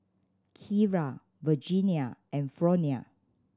Kiera Virginia and Fronia